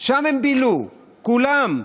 שם הם בילו, כולם.